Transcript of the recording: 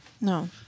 No